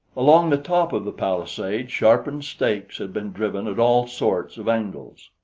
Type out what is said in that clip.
along the top of the palisade sharpened stakes had been driven at all sorts of angles.